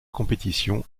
compétition